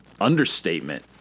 understatement